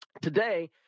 Today